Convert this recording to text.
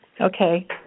Okay